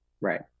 Right